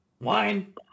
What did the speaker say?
Wine